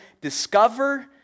discover